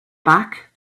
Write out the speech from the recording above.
back